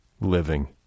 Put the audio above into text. living